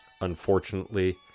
Unfortunately